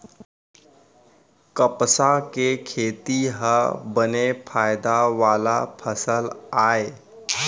कपसा के खेती ह बने फायदा वाला फसल आय